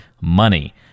money